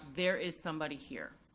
there is somebody here.